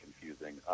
confusing